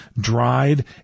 dried